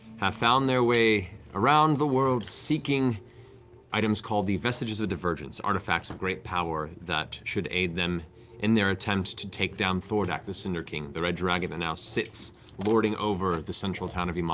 have found their way around the world seeking items called the vestiges of divergence, artifacts of great power that should aid them in their attempt to take down thordak the cinder king, the red dragon who now sits lording over the central town of um um